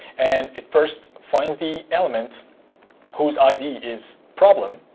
and it, first, finds the element whose id is problem.